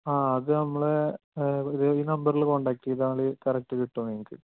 ആ അത് നമ്മുടെ ഈ നമ്പറില് കോണ്ടാക്റ്റ് ചെയ്താല് കറക്റ്റ് കിട്ടും നിങ്ങള്ക്ക്